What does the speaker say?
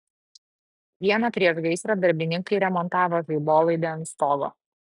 dieną prieš gaisrą darbininkai remontavo žaibolaidį ant stogo